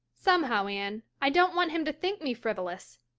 somehow anne, i don't want him to think me frivolous.